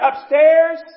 upstairs